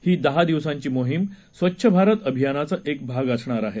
ही दहा दिवसांची मोहीम स्वच्छ भारत अभियानाचा एक भाग असणार आहे